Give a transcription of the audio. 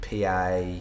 PA